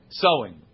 sewing